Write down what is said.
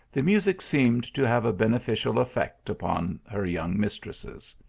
the music seemed to have a beneficial effect upon her young mistresses.